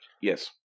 yes